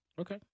Okay